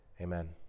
Amen